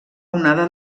onada